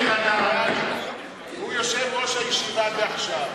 והוא יושב-ראש הישיבה דעכשיו.